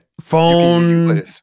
phone